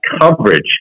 coverage